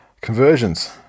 Conversions